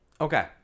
Okay